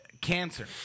Cancer